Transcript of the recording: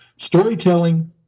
Storytelling